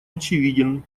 очевиден